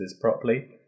properly